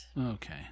Okay